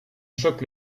choc